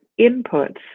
inputs